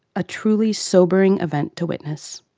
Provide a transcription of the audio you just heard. a truly sobering event to witness.